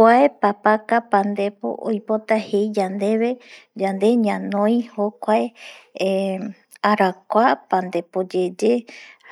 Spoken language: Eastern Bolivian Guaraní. Kuae papaka pandepo oipota jei yandeve yande ñanoi jokuae arakua pandepo yeye